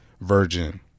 Virgin